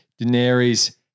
Daenerys